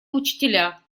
учителя